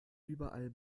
überall